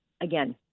again